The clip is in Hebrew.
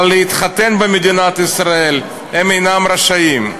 אבל להתחתן במדינת ישראל הם אינם רשאים.